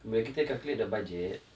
bila kita calculate the budget